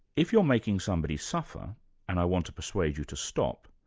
if you're making somebody suffer and i want to persuade you to stop,